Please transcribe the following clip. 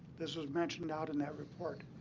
this was mentioned out in that report.